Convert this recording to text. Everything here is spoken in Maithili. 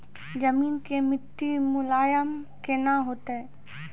जमीन के मिट्टी मुलायम केना होतै?